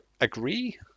agree